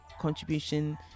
contribution